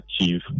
achieve